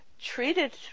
treated